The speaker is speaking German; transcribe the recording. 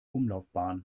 umlaufbahn